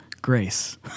grace